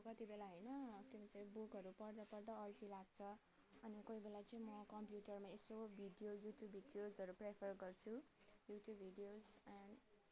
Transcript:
कति बेला होइन के भन्छ बुकहरू पढ्दा पढ्दा अल्छी लाग्छ अनि कोही बेला चाहिँ म कम्प्युटरमा यसो भिडियो यु ट्युब भिडियोजहरू प्रिफर गर्छु यु ट्युब भिडियोस एन्ड